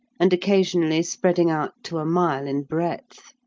and occasionally spreading out to a mile in breadth.